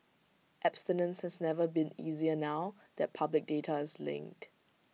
abstinence has never been easier now that public data is linked